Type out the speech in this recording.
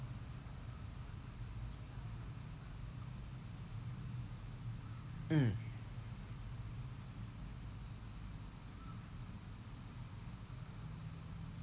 mm